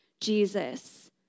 Jesus